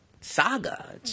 Saga